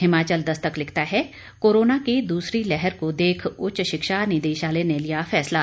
हिमाचल दस्तक लिखता है कोरोना की दूसरी लहर को देख उच्च शिक्षा निदेशालय ने लिया फैसला